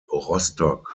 rostock